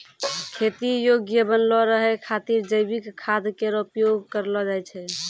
खेती योग्य बनलो रहै खातिर जैविक खाद केरो उपयोग करलो जाय छै